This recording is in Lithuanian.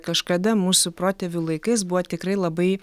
kažkada mūsų protėvių laikais buvo tikrai labai